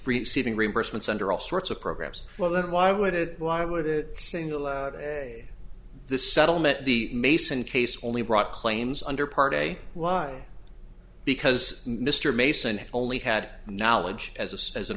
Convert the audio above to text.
receiving reimbursements under all sorts of programs well then why would it why would it single out the settlement the mason case only brought claims under parte why because mr mason only had knowledge as a says an